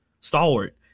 stalwart